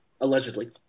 allegedly